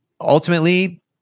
ultimately